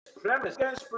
premise